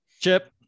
chip